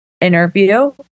interview